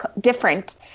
different